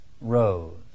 rose